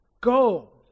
Go